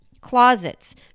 Closets